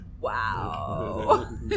Wow